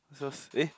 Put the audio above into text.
yours eh